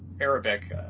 Arabic